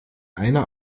einer